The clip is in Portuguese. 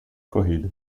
corrida